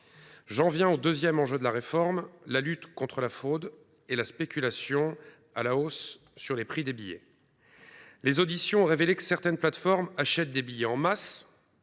J’en viens au deuxième enjeu de la réforme : la lutte contre la fraude et la spéculation à la hausse sur les prix des billets. Les auditions ont révélé que certaines plateformes achètent des billets en masse,